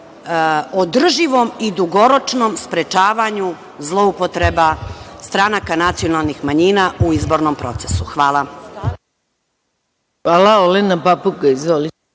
održivom i dugoročnom sprečavanju zloupotreba stranaka nacionalnih manjina u izbornom procesu. Hvala.